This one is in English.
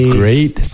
great